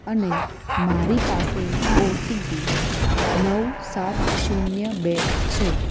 અને મારી પાસે ઓટીપી નવ સાત શૂન્ય બે છે